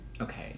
okay